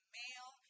male